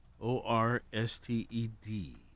O-R-S-T-E-D